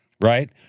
right